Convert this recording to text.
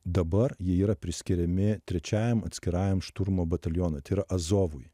dabar jie yra priskiriami trečiajam atskirajam šturmo batalionui tai yra azovui